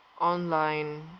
online